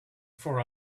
for